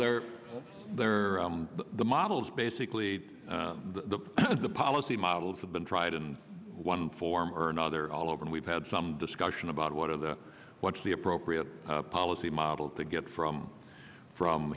they're there the models basically the policy models have been tried in one form or another all over and we've had some discussion about what are the what's the appropriate policy model to get from from